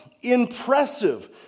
impressive